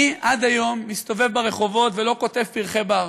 אני עד היום מסתובב ברחובות ולא קוטף פרחי בר,